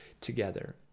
together